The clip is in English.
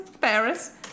Paris